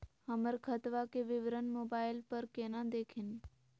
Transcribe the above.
हमर खतवा के विवरण मोबाईल पर केना देखिन?